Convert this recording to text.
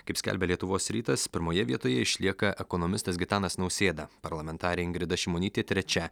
kaip skelbia lietuvos rytas pirmoje vietoje išlieka ekonomistas gitanas nausėda parlamentarė ingrida šimonytė trečia